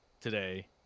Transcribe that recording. today